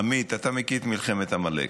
עמית, אתה מכיר את מלחמת עמלק,